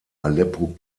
aleppo